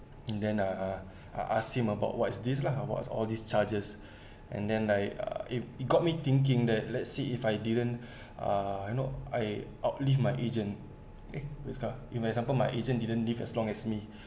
and then uh I asked him about what is this lah about all these charges and then like uh he he got me thinking that let's see if I didn't uh you know I outlive my agent eh what is called in example my agent didn't live as long as me